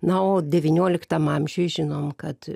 na o devynioliktam amžiuj žinom kad